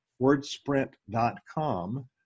Wordsprint.com